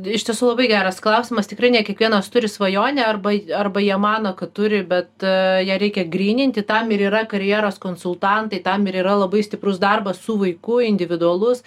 iš tiesų labai geras klausimas tikrai ne kiekvienas turi svajonę arba arba jie mano kad turi bet ją reikia gryninti tam ir yra karjeros konsultantai tam ir yra labai stiprus darbas su vaiku individualus